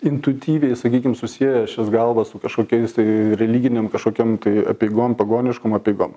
intuityviai sakykim susieja šias galvas su kažkokiais tai religinėm kažkokiom tai apeigom pagoniškom apeigom